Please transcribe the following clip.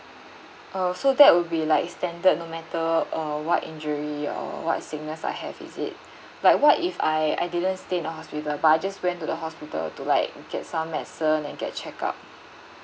oh so that will be like standard no matter uh what injury or what sickness I have is it but what if I I didn't stay in the hospital but I just went to the hospital to like get some medicine and get check up